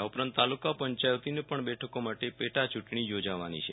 આ ઉપરાંત તાલુકા પંચાયતોની બેઠકો માટે ચૂંટણી યોજાવાની છે